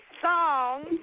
song